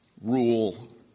rule